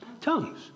Tongues